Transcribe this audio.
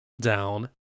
down